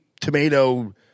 tomato